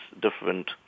different